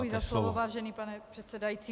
Děkuji za slovo, vážený pane předsedající.